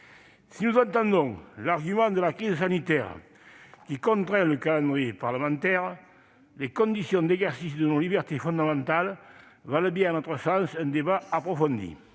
Si nous entendons l'argument de la crise sanitaire qui contraint le calendrier parlementaire, les conditions d'exercice de nos libertés fondamentales valent bien, à notre sens, un débat approfondi.